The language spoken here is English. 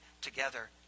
together